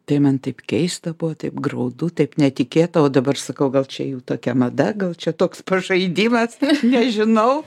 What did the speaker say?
tai man taip keista buvo taip graudu taip netikėta o dabar sakau gal čia jų tokia mada gal čia toks pažaidimas nežinau